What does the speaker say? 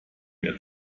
mehr